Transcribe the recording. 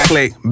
Click